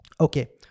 Okay